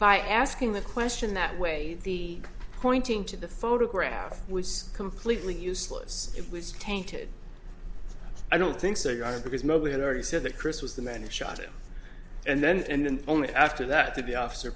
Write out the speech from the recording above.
by asking the question that way the pointing to the photograph was completely useless it was tainted i don't think so you are because nobody had already said that chris was the man who shot him and then and only after that did the officer